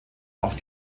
auch